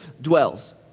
dwells